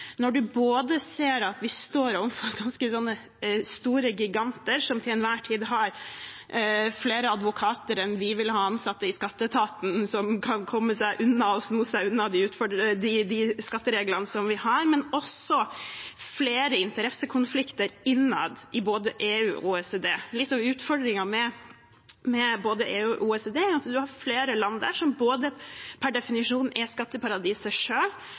når vi ser at vi både står overfor ganske store giganter som til enhver tid har flere advokater enn vi vil ha ansatte i skatteetaten, som kan sno seg unna de skattereglene vi har, og også flere interessekonflikter innad i både EU og OECD. Litt av utfordringen med både EU og OECD er at det er flere land der som både per definisjon er skatteparadiser